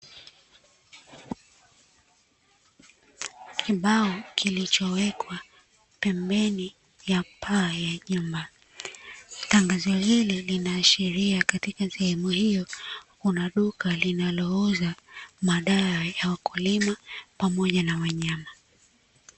Kibao kilichowekwa pembeni ya paa ya nyumba tangazi hili linaashiria katika sehemu, kuna duka linalouza madawa ya wakulima pamoja na wanyama.